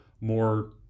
more